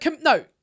No